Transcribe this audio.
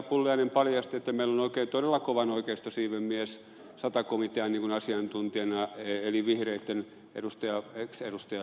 pulliainen paljasti että meillä on oikein todella kovan oikeistosiiven mies sata komitean asiantuntijana eli vihreitten ex edustaja soininvaara